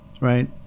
right